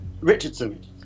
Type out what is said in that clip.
Richardson